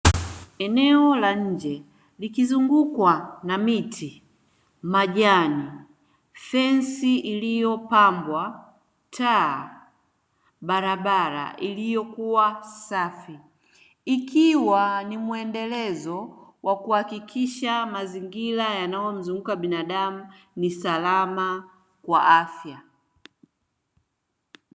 Eneo la nje likizungukwa na miti, majani, fensi iliyopambwa taa, barabara iliyokua safi, ikiwa ni muendelezo wa kuhakikisha mazingira yanayomzunguka binadamu ni salama kwa afya.